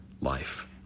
life